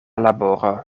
laboro